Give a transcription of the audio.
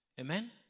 Amen